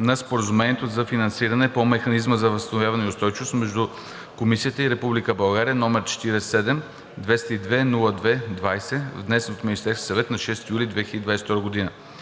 на Споразумението за финансиране по Механизма за възстановяване и устойчивост между Комисията и Република България, № 47-202-02-20, внесен от Министерския съвет на 6 юли 2022 г.